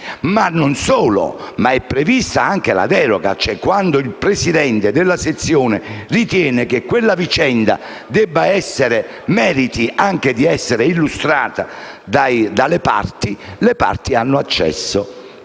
Non solo: è prevista anche la deroga, e cioè quando il presidente della sezione ritiene che quella vicenda meriti di essere illustrata dalle parti, queste hanno accesso